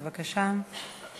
בבקשה.